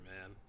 man